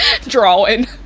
Drawing